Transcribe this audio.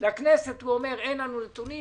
אומר לכנסת: אין לנו נתונים,